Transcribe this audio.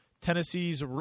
Tennessee's